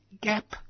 gap